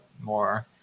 more